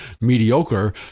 mediocre